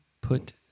put